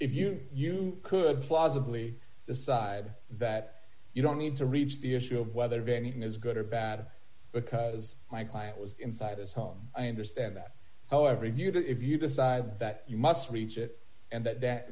if you you could plausibly decide that you don't need to reach the issue of whether venting is good or bad because my client was inside this home i understand that however you do if you decide that you must reach it and that that